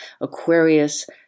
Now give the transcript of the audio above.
Aquarius